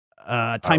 Time